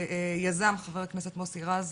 שיזם חבר הכנסת מוסי רז,